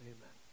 Amen